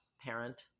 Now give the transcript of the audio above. parent